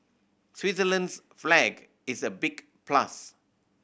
Switzerland's flag is a big plus